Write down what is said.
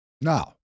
Now